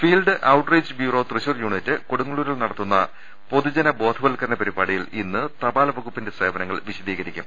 field outreach bureau Thrissur unit കൊടുങ്ങല്ലൂരിൽ നടത്തുന്ന പൊതുജന ബോധവൽക്കരണ പരിപാടിയിൽ ഇന്ന് തപാൽ വകുപ്പിന്റെ സേവനങ്ങൾ വിശദീകരിക്കും